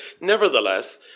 Nevertheless